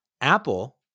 Apple